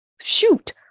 shoot